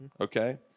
okay